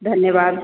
धन्यवाद